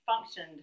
functioned